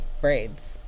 braids